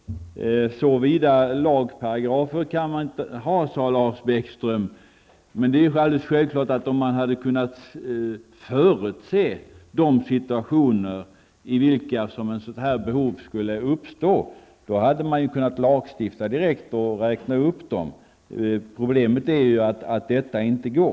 Så vida lagparagrafer kan man inte ha, sade Lars Bäckström. Men om man hade kunnat förutse de situationer i vilka ett sådant här behov skulle uppstå hade man självfallet kunnat lagstifta direkt och räkna upp dem. Problemet är ju att detta inte går.